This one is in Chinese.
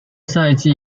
赛季